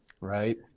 right